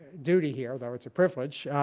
duty here, although it's a privilege,